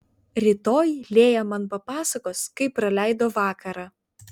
rytoj lėja man papasakos kaip praleido vakarą